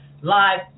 live